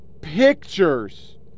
pictures